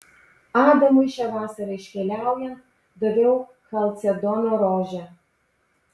adamui šią vasarą iškeliaujant daviau chalcedono rožę